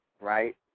right